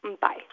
Bye